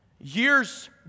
years